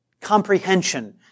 comprehension